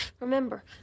remember